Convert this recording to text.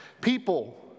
People